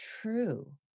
true